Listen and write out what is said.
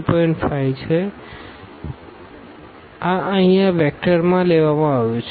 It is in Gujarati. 5 છે આ અહીં આ વેક્ટરમાં લેવામાં આવ્યું છે